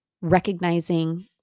recognizing